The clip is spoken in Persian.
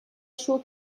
شکر